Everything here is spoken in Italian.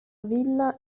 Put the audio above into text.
villa